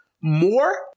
more